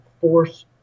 force